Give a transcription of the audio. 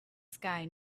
sky